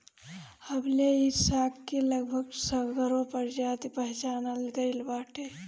अबले इ साग के लगभग साठगो प्रजाति पहचानल गइल बाटे